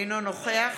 אינו נוכח